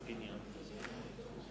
מצביעה יולי תמיר,